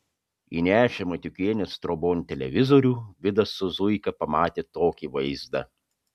įnešę matiukienės trobon televizorių vidas su zuika pamatė tokį vaizdą